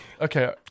Okay